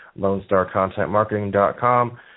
lonestarcontentmarketing.com